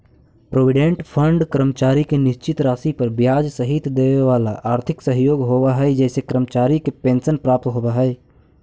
provident fund कर्मचारी के निश्चित राशि पर ब्याज सहित देवेवाला आर्थिक सहयोग होव हई जेसे कर्मचारी के पेंशन प्राप्त होव हई